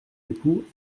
époux